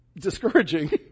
discouraging